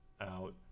out